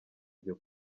iryo